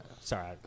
Sorry